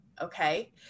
okay